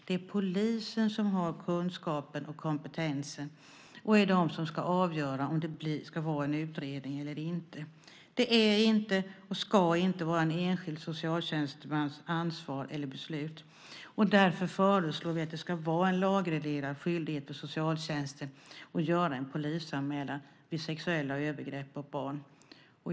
Det är polisen som har kunskapen och kompetensen och är den som ska avgöra om det ska göras en utredning eller inte. Det är inte och ska inte vara en enskild socialtjänstemans ansvar eller beslut. Därför föreslår vi att det ska vara en lagreglerad skyldighet för socialtjänsten att göra en polisanmälan vid sexuella övergrepp mot barn.